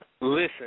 Listen